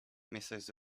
mrs